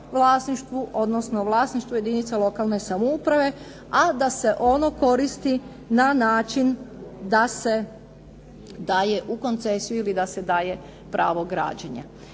vlasništvo, odnosno u vlasništvu jedinica lokalne samouprave, a da se ono koristi na način da se daje u koncesiju ili da se daje pravo građenja.